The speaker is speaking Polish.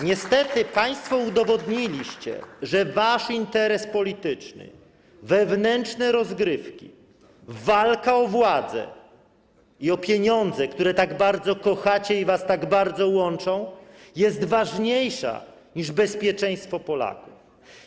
Niestety państwo udowodniliście, że wasz interes polityczny, wewnętrzne rozgrywki, walka o władzę i o pieniądze, które tak bardzo kochacie i które was tak bardzo łączą, są ważniejsze niż bezpieczeństwo Polaków.